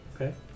Okay